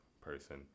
person